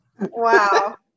Wow